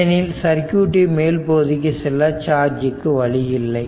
ஏனெனில் சர்க்யூட் இன் மேல் பகுதிக்கு செல்ல சார்ஜ் க்கு வழி இல்லை